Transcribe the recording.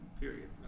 period